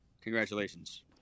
Congratulations